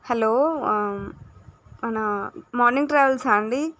hello మన morning travels ఆ అండి